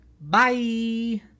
Bye